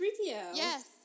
Yes